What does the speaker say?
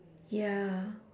ya